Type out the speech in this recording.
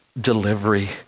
delivery